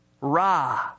ra